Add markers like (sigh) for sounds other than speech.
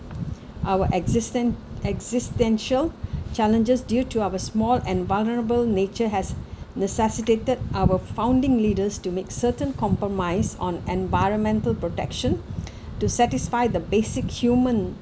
our existence existential (breath) challenges due to our small and vulnerable nature has (breath) necessitated our founding leaders to make certain compromise on environmental protection (breath) to satisfy the basic human